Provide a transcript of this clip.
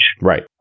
Right